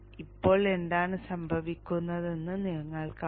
ഇപ്പോൾ എന്താണ് സംഭവിക്കുന്നതെന്ന് നിങ്ങൾ കാണും